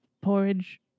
porridge